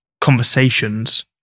conversations